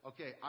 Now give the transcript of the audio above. Okay